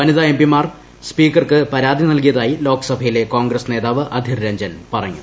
വനിതാ M P മാർ സ്പീക്കർക്ക് പരാതി നൽകിയതായി ്ലോക്സഭയിലെ കോൺഗ്രസ് നേതാവ് അധിർ രഞ്ജൻ പറഞ്ഞു